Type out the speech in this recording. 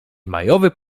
majowy